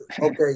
Okay